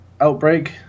outbreak